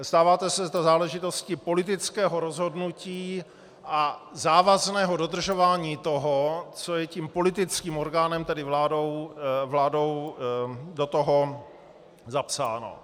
Stává se to záležitostí politického rozhodnutí a závazného dodržování toho, co je tím politickým orgánem, tedy vládou, do toho zapsáno.